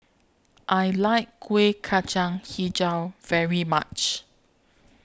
I like Kuih Kacang Hijau very much